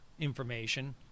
information